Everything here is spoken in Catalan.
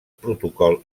protocol